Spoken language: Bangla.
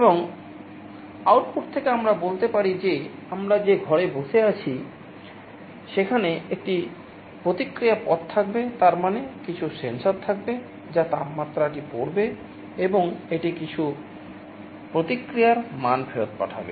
এবং আউটপুট থেকে আমরা বলতে পারি যে আমরা যে ঘরে বসে আছি সেখানে একটি প্রতিক্রিয়া পথ থাকবে তার মানে কিছু সেন্সর থাকবে যা তাপমাত্রাটি পড়বে এবং এটি কিছু প্রতিক্রিয়ার মান ফেরত পাঠাবে